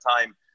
time